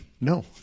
No